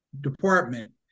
department